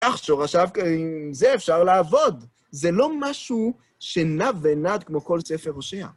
כך שהוא חשב כי עם זה אפשר לעבוד. זה לא משהו שנע ונד כמו כל ספר ראשייה.